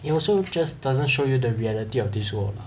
it also just doesn't show you the reality of this world lah